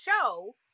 show